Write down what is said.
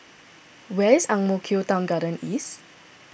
where is Ang Mo Kio Town Garden East